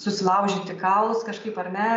susilaužyti kaulus kažkaip ar ne